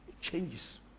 changes